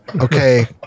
okay